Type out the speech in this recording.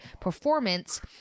performance